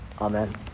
Amen